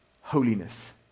Holiness